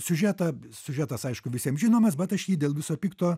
siužetą siužetas aišku visiems žinomas bet aš jį dėl viso pikto